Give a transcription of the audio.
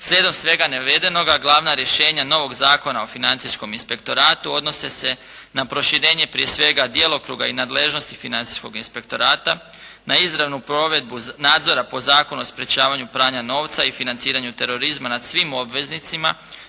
Slijedom svega navednoga glavna rješenja novog Zakona o financijskom inspektoratu odnose se na proširenje prije svega djelokruga i nadležnosti Financijskog inspektorata, na izravnu provedbu nadzora po Zakonu o sprečavanju pranja novca i financiranju terorizma nad svim obveznicima